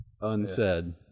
unsaid